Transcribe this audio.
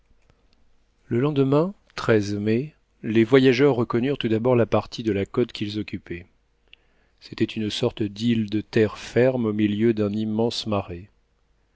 le lendemain mai les voyageurs reconnurent tout d'abord la partie de la côte qu'ils occupaient c'était une sorte d'île de terre ferme au milieu d'un immense marais